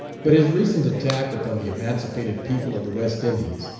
but his recent attack upon the emancipated people of the west indies,